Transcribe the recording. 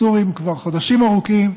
הסורים כבר חודשים ארוכים,